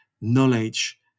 knowledge